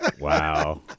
Wow